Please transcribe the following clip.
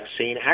vaccine